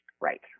Right